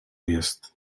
jest